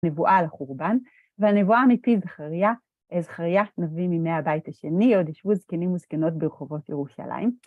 נבואה על החורבן, ועל נבואה מפי זכריה, וזכריה נביא מימי הבית השני, עוד ישבו זקנים וזקנות ברחובות ירושלים.